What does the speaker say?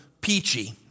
peachy